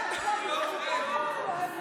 טלי, איזה מזל שאת פה, בזכותך אנחנו ערים.